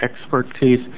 expertise